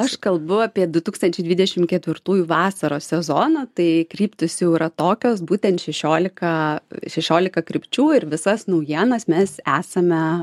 aš kalbu apie du tūkstančiai dvidešimt ketvirtųjų vasaros sezoną tai kryptys jau yra tokios būtent šešiolika šešiolika krypčių ir visas naujienas mes esame